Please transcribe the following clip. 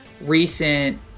recent